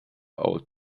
old